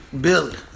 Billy